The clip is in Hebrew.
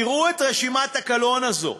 תראו את רשימת הקלון הזאת.